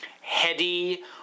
heady